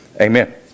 Amen